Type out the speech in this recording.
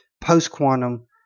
post-quantum